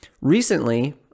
recently